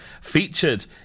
featured